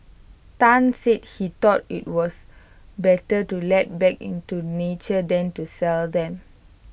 Tan said he thought IT was better to let back into nature than to sell them